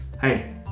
Hey